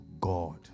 God